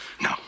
No